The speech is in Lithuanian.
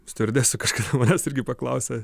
stiuardesių kažkada manęs irgi paklausė